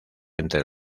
entre